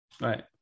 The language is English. Right